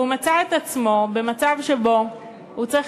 והוא מצא את עצמו במצב שבו הוא צריך